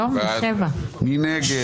מי נגד?